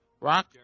Rock